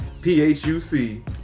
P-H-U-C